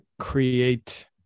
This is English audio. create